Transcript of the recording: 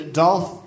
dolph